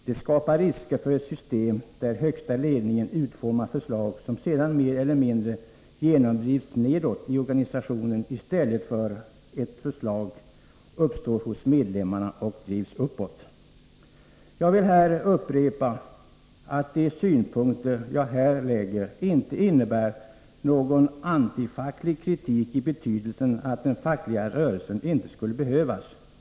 Det skapar risker för ett system, där högsta ledningen utformar förslag, som sedan mer eller mindre genomgående drivs nedåt i organisationen i stället för att förslag uppstår hos medlemmarna och drivs uppåt. Jag vill nu upprepa, att de synpunkter jag här anlägger inte innebär någon antifacklig kritik i betydelsen att den fackliga rörelsen inte skulle behövas.